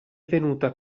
venuta